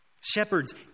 Shepherds